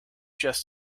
just